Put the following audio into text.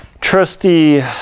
trusty